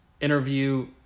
interview